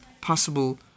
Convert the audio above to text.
possible